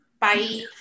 Bye